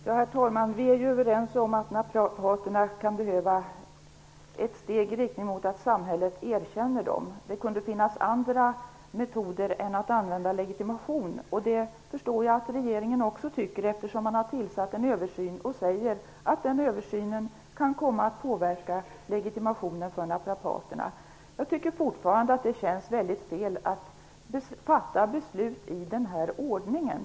Herr talman! Vi är ju överens om att naprapaterna behöver ett erkännande från samhället. Men det kan finnas andra metoder än legitimering. Jag förstår att också regeringen anser det, eftersom man har tillsatt en utredning som kan komma att påverka legitimeringen av naprapaterna. Jag tycker fortfarande att det känns väldigt fel att fatta beslut i den här ordningen.